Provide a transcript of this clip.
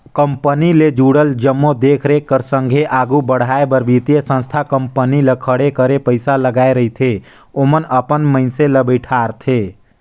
company ले जुड़ल जम्मो देख रेख कर संघे आघु बढ़ाए बर बित्तीय संस्था कंपनी ल खड़े करे पइसा लगाए रहिथे ओमन अपन मइनसे ल बइठारथे